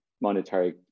monetary